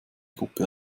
gruppe